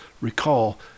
recall